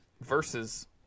versus